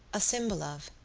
a symbol of.